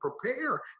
prepare